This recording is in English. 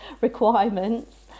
requirements